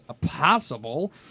possible